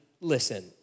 listen